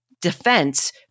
defense